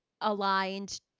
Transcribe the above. aligned